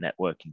networking